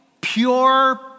pure